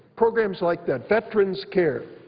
programs like that, veterans care,